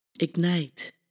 Ignite